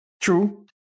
True